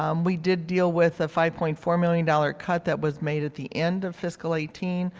um we did deal with a five point four million dollars cut that was made at the end of fiscal eighteen,